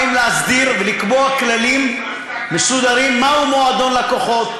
באים להסדיר ולקבוע כללים מסודרים מהו מועדון לקוחות,